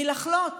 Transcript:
מלחלות,